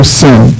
sin